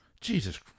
Jesus